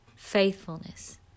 faithfulness